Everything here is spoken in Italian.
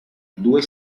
due